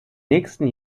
nächsten